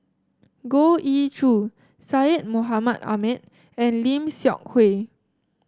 Goh Ee Choo Syed Mohamed Ahmed and Lim Seok Hui